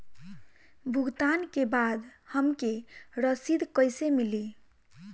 भुगतान के बाद हमके रसीद कईसे मिली?